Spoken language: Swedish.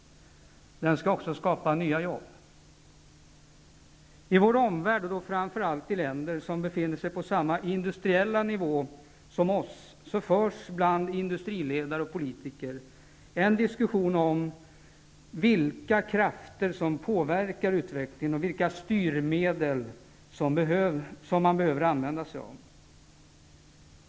Den skall också skapa nya jobb. I vår omvärld och då framför allt i länder som befinner sig på samma industriella nivå som Sverige förs bland industriledare och politiker en diskussion om vilka krafter som påverkar utvecklingen och vilka styrmedel som man behöver använda sig av.